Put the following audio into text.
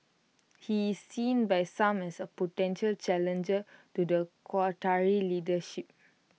he is seen by some as A potential challenger to the Qatari leadership